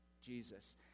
Jesus